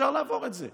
אפשר לעבור את זה,